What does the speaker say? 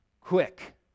quick